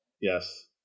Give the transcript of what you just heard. Yes